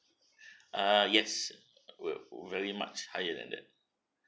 err yes ve~ very much higher than that